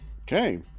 Okay